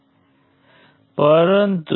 તે કરવા માટે મને અહીં ગ્રાફ ફરીથી દોરવા દો